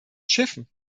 schiffen